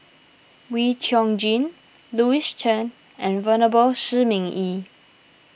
Wee Chong Jin Louis Chen and Venerable Shi Ming Yi